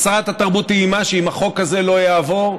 שרת התרבות איימה שאם החוק הזה לא יעבור,